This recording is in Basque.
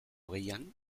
hogeian